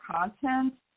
content